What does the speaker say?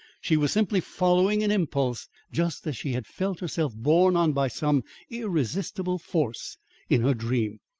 she was simply following an impulse, just as she had felt herself borne on by some irresistible force in her dream.